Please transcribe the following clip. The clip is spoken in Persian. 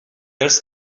ارث